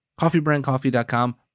Coffeebrandcoffee.com